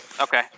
Okay